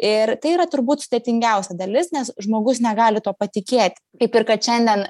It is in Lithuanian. ir tai yra turbūt sudėtingiausia dalis nes žmogus negali tuo patikėt kaip ir kad šiandien